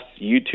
YouTube